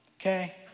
okay